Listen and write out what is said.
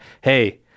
hey